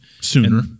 Sooner